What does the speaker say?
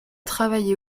travaillé